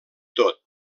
tot